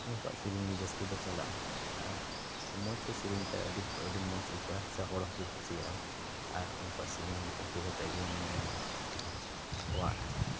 ᱩᱱᱠᱩᱣᱟᱜ ᱥᱮᱨᱮᱧ ᱜᱮ ᱡᱟᱹᱥᱛᱤ ᱫᱚ ᱪᱟᱞᱟᱜᱼᱟ ᱟᱨ ᱢᱚᱡᱽ ᱠᱚ ᱥᱮᱨᱮᱧ ᱠᱟᱜᱼᱟ ᱟᱹᱰᱤ ᱢᱚᱡᱽ ᱟᱹᱭᱠᱟᱹᱜᱼᱟ ᱥᱮ ᱦᱚᱲ ᱦᱚᱸᱠᱚ ᱠᱩᱥᱤᱭᱟᱜᱼᱟ ᱟᱨ ᱩᱱᱠᱩᱣᱟᱜ ᱥᱮᱨᱮᱧ ᱠᱚᱯᱤ ᱠᱟᱛᱮᱫ ᱜᱮ ᱢᱟᱱᱮ ᱟᱠᱚᱣᱟᱜ